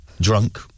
drunk